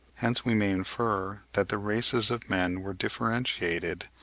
hence we may infer that the races of men were differentiated,